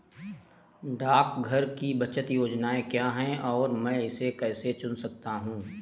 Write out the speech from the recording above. डाकघर की बचत योजनाएँ क्या हैं और मैं इसे कैसे चुन सकता हूँ?